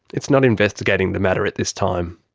it's not investigating the matter at this time.